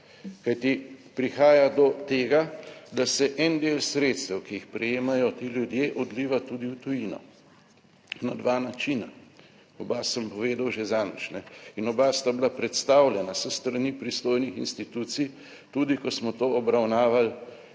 Kajti, prihaja do tega, da se en del sredstev, ki jih prejemajo ti ljudje odliva tudi v tujino na dva načina. Oba sem povedal že zadnjič in oba sta bila predstavljena s strani pristojnih institucij, tudi ko smo to obravnavali